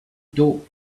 dope